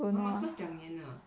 oh masters 两年啊